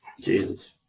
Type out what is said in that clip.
Jesus